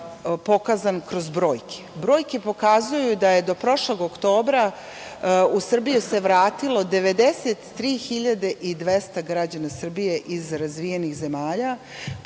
pokazani kroz brojke. Brojke pokazuju da se do prošlog oktobra u Srbiju vratilo 93.200 građana Srbije iz razvijenih zemlja.